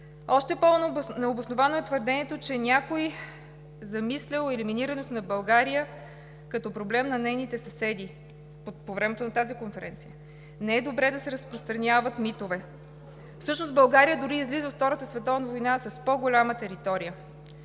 Още по-необосновано е твърдението, че някой замислял елиминирането на България като проблем на нейните съседи по време на тази конференция. (Шум и реплики от „БСП за България“.) Не е добре да се разпространяват митове! Всъщност България дори излиза от Втората световна война с по-голяма територия